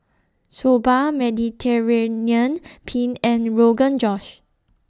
Soba Mediterranean Penne and Rogan Josh